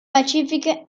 pacific